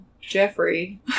Jeffrey